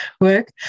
work